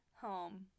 home